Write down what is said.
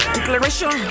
Declaration